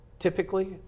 typically